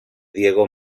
diego